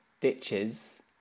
ditches